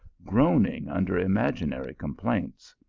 groaning under imaginary complaints.